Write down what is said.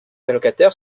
allocataires